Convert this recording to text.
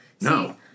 No